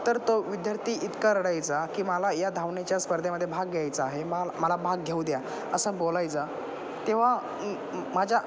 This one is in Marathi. तर तो विद्यार्थी इतका रडायचा की मला या धावणेच्या स्पर्धेमध्ये भाग घ्यायचा आहे मा मला भाग घेऊ द्या असं बोलायचा तेव्हा माझ्या